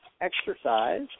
exercise